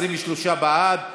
23 בעד.